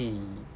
then he